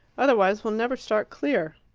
otherwise we'll never start clear.